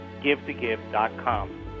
givetogive.com